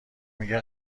میگه